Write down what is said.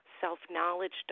Self-knowledge